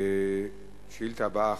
השאילתא הבאה,